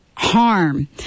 harm